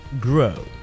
grow